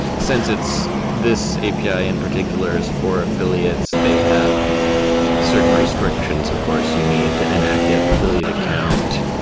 since it's this api ah in particular is for affiliates, they have certain restrictions. of course, you need an active affiliate account.